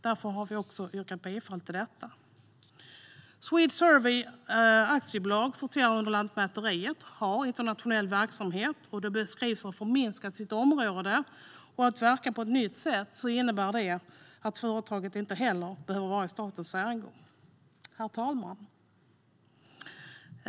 Därför yrkar vi bifall till detta. Swedesurvey AB sorterar under Lantmäteriet men har internationell verksamhet. Företaget beskrivs ha minskat sitt område och verka på ett nytt sätt. Det innebär att det inte behöver vara i statens ägo. Herr talman!